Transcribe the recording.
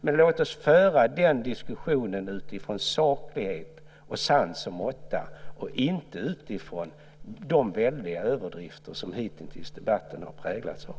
Men låt oss föra den diskussionen utifrån saklighet, sans och måtta och inte utifrån de väldiga överdrifter som debatten hitintills har präglats av.